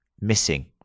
missing